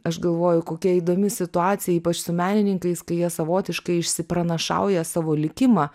aš galvoju kokia įdomi situacija ypač su menininkais kai jie savotiškai išsipranašauja savo likimą